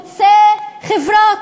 חוצה חברות.